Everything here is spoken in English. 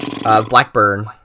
Blackburn